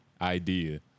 idea